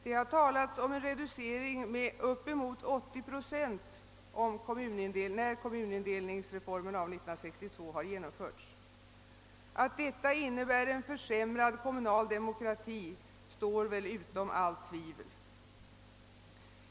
Det har talats om en reducering med uppemot 80 procent när kommunindelningsreformen av år 1962 har genomförts. Att detta innebär en försämrad kommunal demokrati står utom all diskussion.